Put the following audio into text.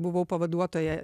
buvau pavaduotoja